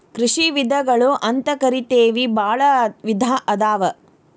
ಕೃಷಿ ವಿಧಗಳು ಅಂತಕರಿತೆವಿ ಬಾಳ ವಿಧಾ ಅದಾವ